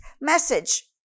message